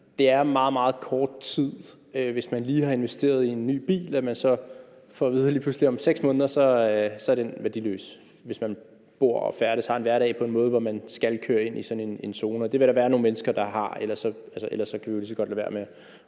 meget, meget kort tid, hvis man lige har investeret i en ny bil og man så lige pludselig får at vide, at om 6 måneder er den værdiløs, hvis man bor og færdes og har en hverdag på en måde, hvor man skal køre ind i sådan en zone. Det vil der være nogle mennesker der har, for ellers kan vi jo lige så godt lade være med